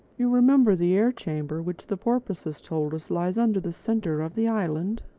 you remember the air-chamber which the porpoises told us lies under the centre of the island?